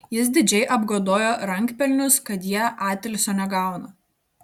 jis didžiai apgodojo rankpelnius kad jie atilsio negauną